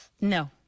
No